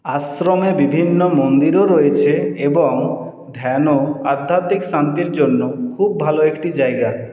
আশ্রমে বিভিন্ন মন্দিরও রয়েছে এবং ধ্যান ও আধ্যাত্মিক শান্তির জন্য খুব ভালো একটি জায়গা